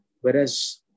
whereas